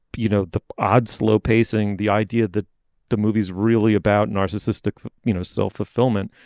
you know the odd slow pacing the idea that the movie is really about narcissistic you know self fulfillment.